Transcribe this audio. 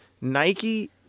Nike